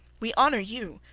we honour you,